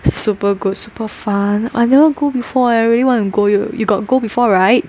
super good super fun I never go before eh I really want to go you got go before right